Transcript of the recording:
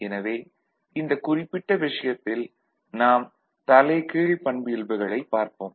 எனவே இந்தக் குறிப்பிட்ட விஷயத்தில் நாம் தலைகீழ் பண்பியல்புகளைப் பார்ப்போம்